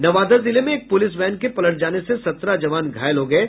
नवादा जिले में एक पुलिस वैन के पलट जाने से सत्रह जवान घायल हो गये